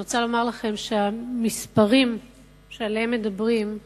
אני רוצה לומר לכם שהמספרים שעליהם מדברים,